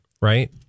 right